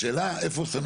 השאלה איפה שמים את הקו?